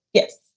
yes.